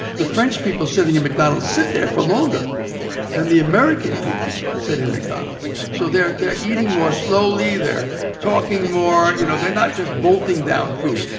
the french people sitting in mcdonald's sit there for longer than the american people sitting in mcdonald's. so they're they're eating more slowly. they're talking more. you know, they're not just bolting down food.